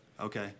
Okay